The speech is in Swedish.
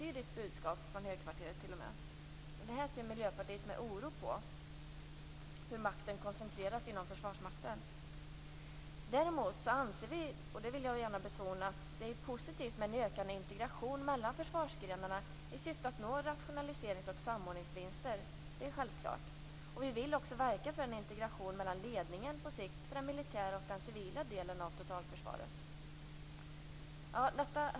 Miljöpartiet ser med oro på hur makten koncentreras inom Försvarsmakten. Däremot anser vi - och det vill jag gärna betona - att det är positivt med en ökad integration mellan försvarsgrenarna i syfte att nå rationaliserings och samordningsvinster. Det är självklart. Vi vill också verka för en integration på sikt mellan ledningen för den militära delen och den civila delen av totalförsvaret. Herr talman!